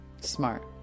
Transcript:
smart